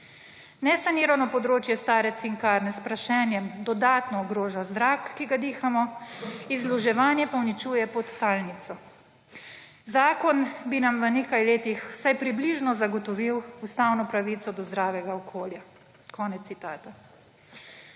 Nesanirano območje stare Cinkarne s prašenjem dodatno ogroža zrak, ki ga dihamo, izluževanje pa uničuje podtalnico. Zakon bi nam v nekaj letih vsaj približno zagotovil ustavno pravico do zdravega okolja.« To je tudi